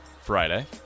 Friday